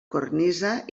cornisa